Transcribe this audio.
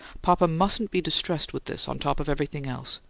papa mustn't be distressed with this, on top of everything else.